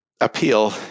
appeal